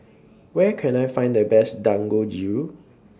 Where Can I Find The Best Dangojiru